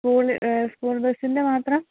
school school ബസ്സിൻ്റെ മാത്രം